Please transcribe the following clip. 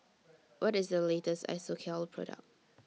What IS The latest Isocal Product